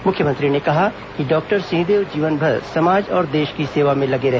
मुख्यमंत्री ने कहा कि डॉक्टर सिंहदेव जीवनभर समाज और देश की सेवा में लगे रहे